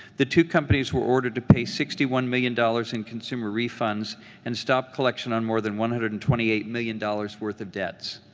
the two companies were ordered to pay sixty one million dollars in consumer refunds and stop collection on more than one hundred and twenty eight million dollars worth of debts.